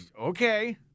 okay